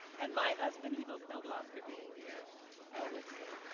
and my husband ivo knobloch, for being here with me.